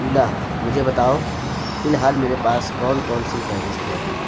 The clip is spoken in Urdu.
اولی مجھے بتاؤ فی الحال میرے پاس کون کون سی فہرست ہے